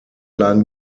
lagen